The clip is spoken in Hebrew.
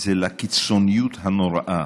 זה מהקיצוניות הנוראה